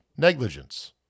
negligence